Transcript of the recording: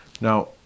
Now